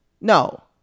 No